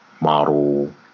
model